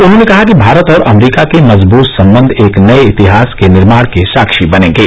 उन्होंने कहा कि भारत और अमरीका के मजबूत संबंध एक नये इतिहास के निर्माण के साक्षी बनेंगे